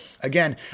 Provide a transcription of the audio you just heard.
again